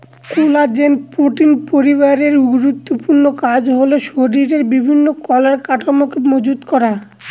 collagen protein পরিবারের গুরুত্বপূর্ণ কাজ হল শরীরের বিভিন্ন কলার কাঠামোকে মজবুত করা